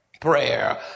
prayer